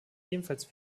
ebenfalls